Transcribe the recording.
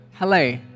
Hello